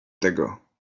tego